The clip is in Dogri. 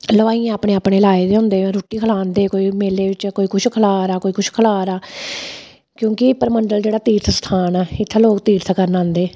हलवाइयें अपने अपने लाए दे होंदे रुट्टी खलांदे कोई मेले बिच्च कोई कुछ खला दा कोई कुछ खला दा क्योंकि परमंडल जेह्ड़ा तीर्थ स्थान ऐ इत्थै लोग तीर्थ करन औंदे